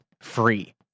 free